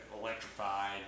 electrified